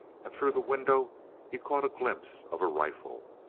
and through the window he caught a glimpse of a rifle.